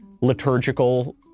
liturgical